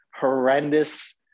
horrendous